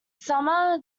summer